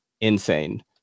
insane